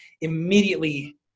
Immediately